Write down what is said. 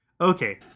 Okay